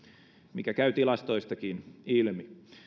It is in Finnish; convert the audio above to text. mikä käy tilastoistakin ilmi